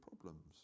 problems